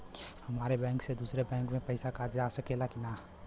हमारे बैंक से दूसरा बैंक में पैसा जा सकेला की ना?